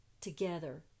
together